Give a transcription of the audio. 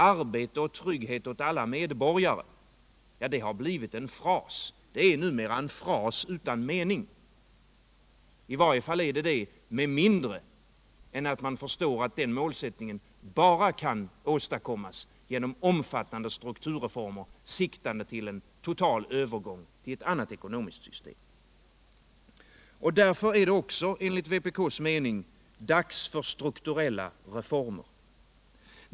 Arbete och trygghet åt alla medborgare — det har blivit en fras, numera utan mening. I varje fall är den det om man inte förstår att det målet bara kan nås genom omfattande strukturreformer, siktande till en total övergång till ett annat ekonomiskt system. Därför är det också enligt vpk:s mening dags för struktureHa reformer.